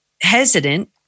hesitant